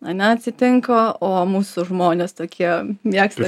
ane atsitinka o mūsų žmonės tokie mėgsta